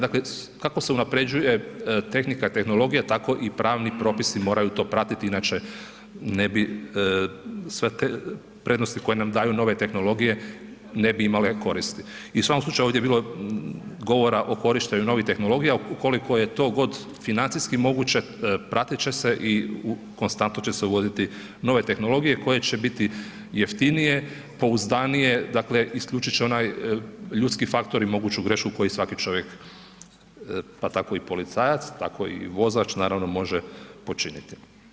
Dakle, kako se unapređuje tehnika, tehnologija, tako i pravni propisi moraju to pratiti inače ne bi sve te prednosti koje nam daju nove tehnologije ne bi imale koristi i u svakom slučaju ovdje je bilo govora o korištenju novih tehnologija ukoliko je to god financijski moguće pratit će se i konstantno će se uvoditi nove tehnologije koje će biti jeftinije, pouzdanije, dakle isključit će onaj ljudski faktor i moguću grešku koju i svaki čovjek, pa tako i policajac, tako i vozač naravno može počiniti.